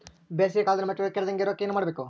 ಬೇಸಿಗೆ ಕಾಲದಲ್ಲಿ ಮೊಟ್ಟೆಗಳು ಕೆಡದಂಗೆ ಇರೋಕೆ ಏನು ಮಾಡಬೇಕು?